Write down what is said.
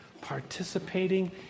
participating